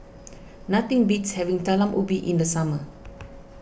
nothing beats having Talam Ubi in the summer